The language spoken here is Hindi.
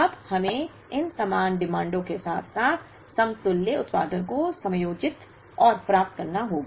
अब हमें इन समान मांगों के साथ साथ समतुल्य उत्पादन को समायोजित और प्राप्त करना होगा